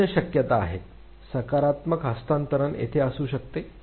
तीन शक्यता आहेत सकारात्मक हस्तांतरण तेथे असू शकते